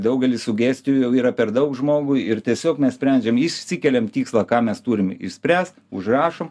daugelis sugestijų jau yra per daug žmogui ir tiesiog mes sprendžiam išsikeliam tikslą ką mes turim išspręst užrašom